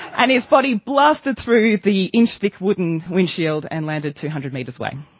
and his body blasted through the inch-thick wooden windshield and landed two hundred metres away.